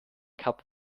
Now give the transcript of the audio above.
kap